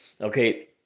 Okay